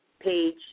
page